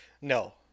No